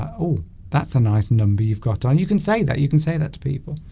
oh that's a nice number you've got on you can say that you can say that to people